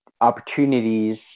opportunities